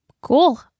Cool